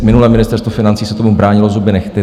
Minulé Ministerstvo financí se tomu bránilo zuby nehty.